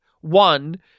one